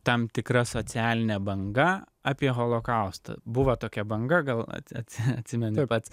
tam tikra socialine banga apie holokaustą buvo tokia banga gal atsimeni bet